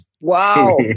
Wow